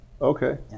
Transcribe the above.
Okay